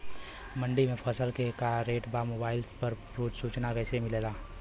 मंडी में फसल के का रेट बा मोबाइल पर रोज सूचना कैसे मिलेला?